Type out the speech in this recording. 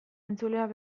entzuleak